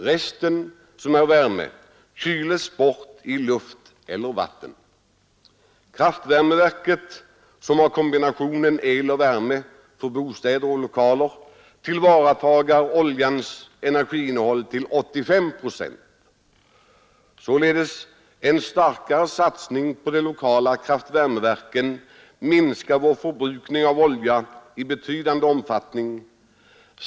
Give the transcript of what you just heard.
Resten som är värme kyles bort i luft eller vatten. Kraftvärmeverket som har kombinationen el och värme för bostäder och lokaler tillvaratar oljans energiinnehåll till 85 procent. Således minskar en starkare satsning på de lokala kraftvärmeverken vår förbrukning av olja i betydande omfattning.